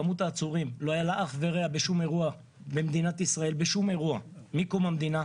לכמות העצורים לא היה אח ורע בשום אירוע במדינת ישראל מקום המדינה.